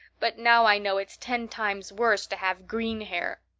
but now i know it's ten times worse to have green hair.